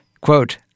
Quote